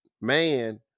man